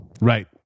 Right